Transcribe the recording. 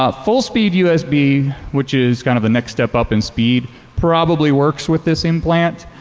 ah full speed usb, which is kind of the next step up in speed probably works with this implant.